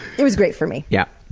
it was great for me. yeah